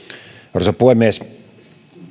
arvoisa puhemies